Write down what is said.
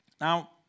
Now